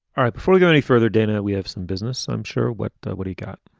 ah right, before we go any further, dana, we have some business, i'm sure what. what do you got?